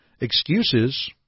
Excuses